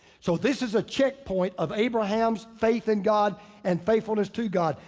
so this is a checkpoint of abraham's faith in god and faithfulness to god.